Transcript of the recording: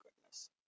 goodness